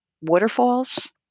waterfalls